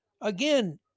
Again